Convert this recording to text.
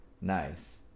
nice